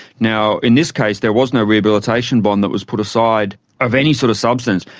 now, in this case there was no rehabilitation bond that was put aside of any sort of substance.